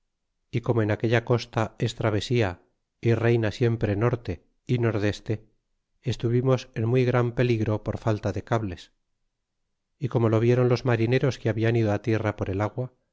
y como en aquella costa es travesía y reyna siempre norte y nordeste estuvimos en muy gran peligro por falta de cables y como lo viéron los marineros que habian ido tierra por el agua